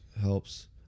helps